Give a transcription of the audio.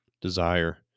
desire